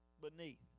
beneath